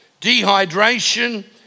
dehydration